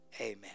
Amen